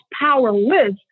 powerless